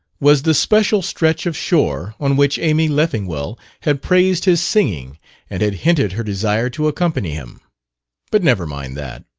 was the special stretch of shore on which amy leffingwell had praised his singing and had hinted her desire to accompany him but never mind that.